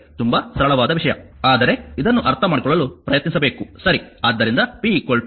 ತುಂಬಾ ಸರಳವಾದ ವಿಷಯ ಆದರೆ ಇದನ್ನು ಅರ್ಥಮಾಡಿಕೊಳ್ಳಲು ಪ್ರಯತ್ನಿಸಬೇಕು ಸರಿ